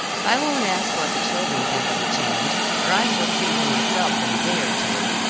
i won't ask what the children think of the change, for i shall see them myself in a day or two,